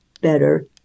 better